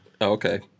okay